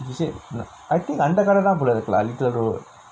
you you said I think அந்த கடதா போல இருக்குலா:antha kadathaa pola irukkulaa little road